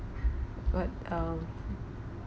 but um